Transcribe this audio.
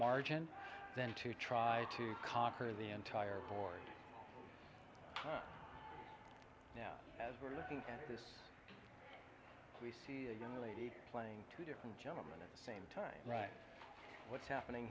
margin than to try to conquer the entire board now as we're looking at this we see a young lady playing two different gentlemen at the same time right what's happening